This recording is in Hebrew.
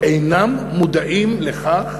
אינם מודעים לכך,